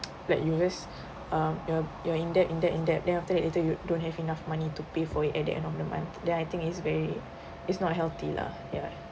like you always um you're you're in debt in debt in debt then after that later you don't have enough money to pay for it at the end of the month then I think it's very it's not healthy lah ya